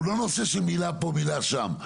הוא לא נושא של מילה פה ומילה שם.